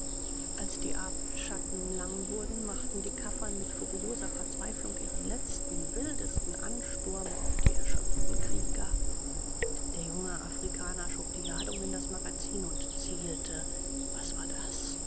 als die abendschatten lang wurden machten die kaffern mit furioser verzweiflung ihren letzten wildesten ansturm auf die erschöpften krieger der junge afrikaner schob die ladung in das magazin und zielte was war das